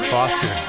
Foster